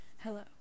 Hello